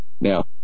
Now